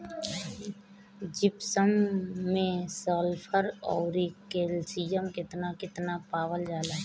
Gypsum मैं sulphur औरी calcium कितना कितना पावल जाला?